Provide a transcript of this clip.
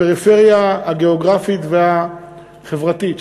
הפריפריה הגיאוגרפית והחברתית,